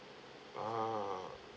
ah